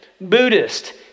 Buddhist